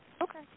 Okay